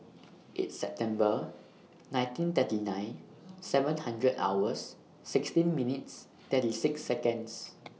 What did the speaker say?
eight September nineteen thirty nine seven hundred hours sixteen minutes thirty six Seconds